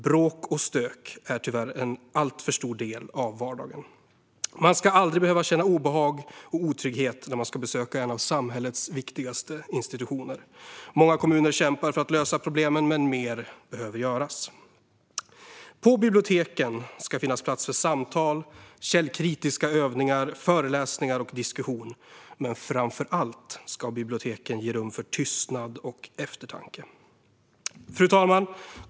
Bråk och stök är tyvärr en alltför stor del av vardagen. Man ska aldrig behöva känna obehag och otrygghet när man ska besöka en av samhällets viktigaste institutioner. Många kommuner kämpar för att lösa problemen, men mer behöver göras. På biblioteken ska finnas plats för samtal, källkritiska övningar, föreläsningar och diskussion, men framför allt ska biblioteken ge rum för tystnad och eftertanke. Fru talman!